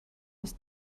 aus